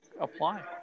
apply